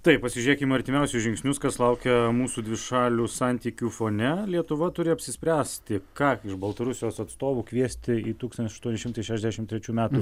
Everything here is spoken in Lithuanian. taip pasižiūrėkim artimiausius žingsnius kas laukia mūsų dvišalių santykių fone lietuva turi apsispręsti ką iš baltarusijos atstovų kviesti į tūkstantis aštuoni šimtai šešiasdešim trečių metų